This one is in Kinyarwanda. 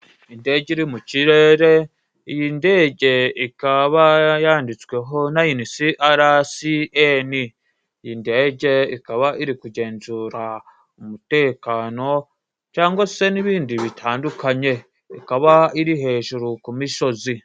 Indege iri mu kirere, iyi ndege ikaba yanditsweho NAYINC RCN, ikaba iri kugenzura umutekano cyangwa se n'ibindi bitandukanye, ikaba iri hejuru ku misozi.